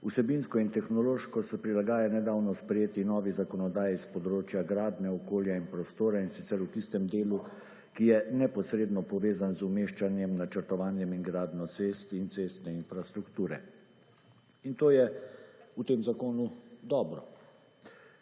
vsebinsko in tehnološko se prilagaja nedavno sprejeti novi zakonodaji s področja gradnje okolja in prostora in sicer v tistem delu, ki je neposredno povezan z umeščanjem, načrtovanjem in gradnjo cest in cestne infrastrukture. In to je v tem zakonu dobro.